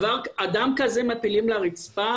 אדם כזה מטילים לרצפה?